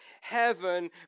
heaven